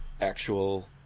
actual